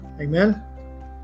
Amen